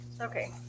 okay